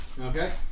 Okay